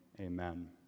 Amen